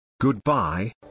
Goodbye